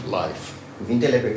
life